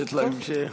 תחמושת להמשך.